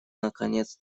наконец